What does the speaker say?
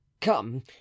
come